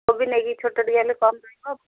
କୋବି ନେଇକି ଛୋଟ ଟିକେ ହେଲେ କମ୍ ରହିବ